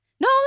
No